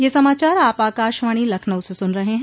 ब्रे क यह समाचार आप आकाशवाणी लखनऊ से सुन रहे हैं